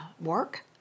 work